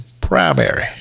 primary